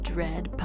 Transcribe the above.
Dread